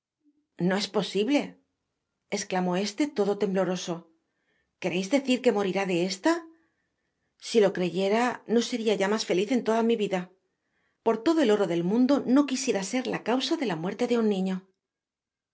no es posible esclamó éste todo tembloroso queréis decir que morirá de esta si lo creyera no seria ya mas feliz en toda mi vida por todo el oro del mundo no quisiera ser la causa de la muerte de un niño